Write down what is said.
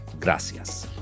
Gracias